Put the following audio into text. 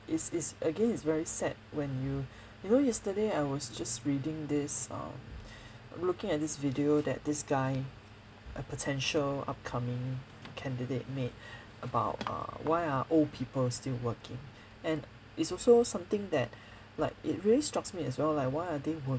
is is again it's very sad when you you know yesterday I was just reading this um looking at this video that this guy a potential upcoming candidate made about err why are old people still working and it's also something that like it really strucks me as well like why are they wor~